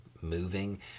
moving